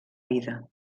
vida